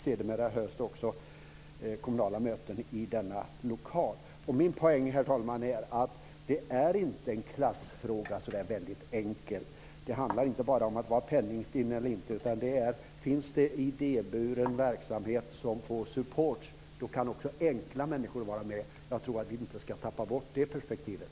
Sedermera hölls det också kommunala möten i denna lokal. Min poäng, herr talman, är att det inte är en klassfråga så där enkelt. Det handlar inte bara om att vara pennigstinn eller inte. Finns det idéburen verksamhet som får support kan också enkla människor vara med. Jag tror att vi inte ska tappa bort det perspektivet.